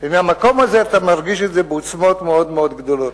ומהמקום הזה אתה מרגיש את זה בעוצמות מאוד מאוד גדולות.